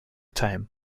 time